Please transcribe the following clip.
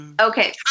Okay